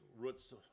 roots